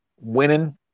winning